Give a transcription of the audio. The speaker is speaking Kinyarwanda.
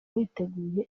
witeguye